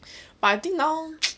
but I think now